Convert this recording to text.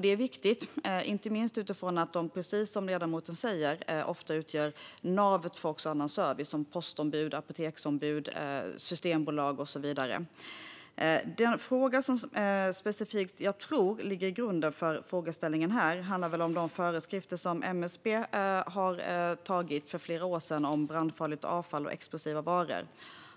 Det är viktigt, inte minst utifrån att de precis som ledamoten säger ofta utgör navet också för annan service som post, apotek, systembolag och så vidare. Den fråga som jag tror specifikt ligger till grund för frågeställningen handlar väl om de föreskrifter som MSB tog fram för flera år sedan om brandfarligt avfall och explosiva varor.